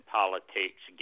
politics